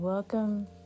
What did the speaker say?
Welcome